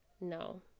No